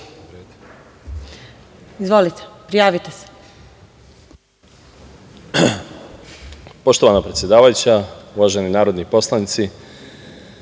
Izvolite. Prijavite se